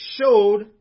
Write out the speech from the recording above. showed